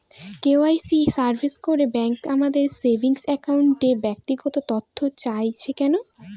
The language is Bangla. কে.ওয়াই.সি সার্ভে করে ব্যাংক আমাদের সেভিং অ্যাকাউন্টের ব্যক্তিগত তথ্য চাইছে কেন?